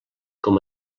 com